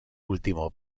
último